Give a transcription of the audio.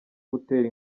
gutera